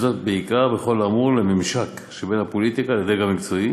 וזאת בעיקר בכל האמור לממשק שבין הפוליטיקה לדרג המקצועי